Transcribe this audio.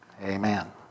amen